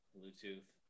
Bluetooth